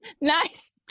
nice